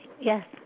Yes